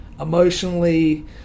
emotionally